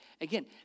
Again